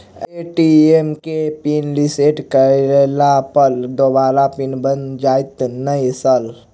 ATM केँ PIN reset करला पर दोबारा पिन बन जाइत नै सर?